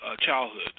childhood